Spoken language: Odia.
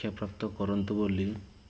ଶିକ୍ଷାପ୍ରାପ୍ତ କରନ୍ତୁ ବୋଲି